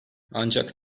ancak